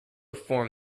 form